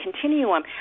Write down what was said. continuum